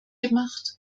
gemacht